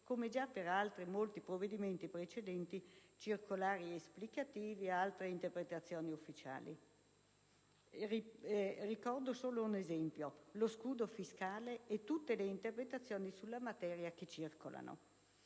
(come già per molti provvedimenti precedenti), circolari esplicative o altre interpretazioni ufficiali. Riporto solo un esempio: lo scudo fiscale e tutte le interpretazioni sulla materia che circolano.